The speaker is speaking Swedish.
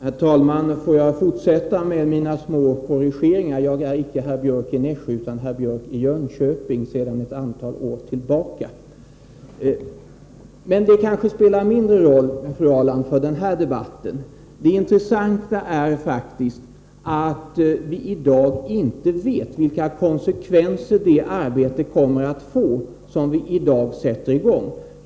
Herr talman! Får jag fortsätta med mina små korrigeringar. Jag är icke herr Björck i Nässjö utan herr Björck i Jönköping — sedan ett antal år tillbaka. Men det kanske spelar mindre roll, fru Ahrland, för den här debatten. Det intressanta är faktiskt att vi i dag inte vet vilka konsekvenser detta arbete kommer att få som vi i dag sätter i gång.